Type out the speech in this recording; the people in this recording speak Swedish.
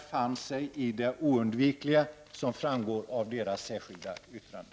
De fann sig dock i det oundvikliga, som framgår av deras särskilda yttrande.